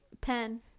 pen